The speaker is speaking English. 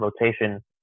rotation